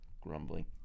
grumbling